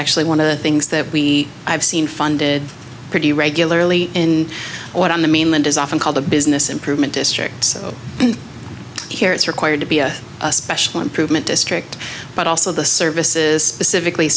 actually one of the things that we have seen funded pretty regularly in on the mainland is often called the business improvement district here it's required to be a special improvement district but also the services specifically